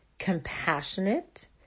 compassionate